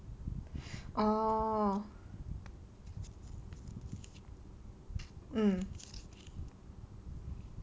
orh mm